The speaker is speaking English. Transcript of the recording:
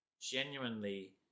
genuinely